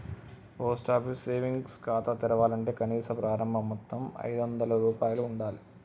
post office savings ఖాతా తెరవాలంటే కనీస ప్రారంభ మొత్తం ఐదొందల రూపాయలు ఉండాలె